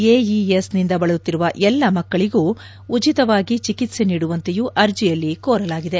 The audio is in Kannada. ಎಇಎಸ್ ನಿಂದ ಬಳಲುತ್ತಿರುವ ಎಲ್ಲ ಮಕ್ಕಳಿಗೂ ಉಚಿತವಾಗಿ ಚಿಕಿತ್ಪೆ ನೀಡುವಂತೆಯೂ ಅರ್ಜಿಯಲ್ಲಿ ಕೋರಲಾಗಿದೆ